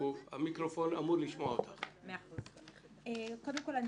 קודם כל,